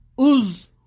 Uz